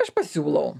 aš pasiūlau